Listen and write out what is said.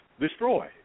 destroy